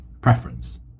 preference